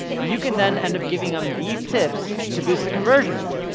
you can then end up giving em these tips to boost the conversions,